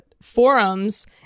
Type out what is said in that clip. forums